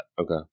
Okay